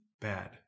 bad